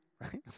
Right